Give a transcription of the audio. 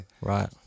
Right